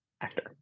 actor